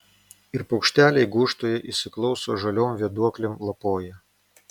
ir paukšteliai gūžtoje įsiklauso žaliom vėduoklėm lapoja